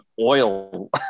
oil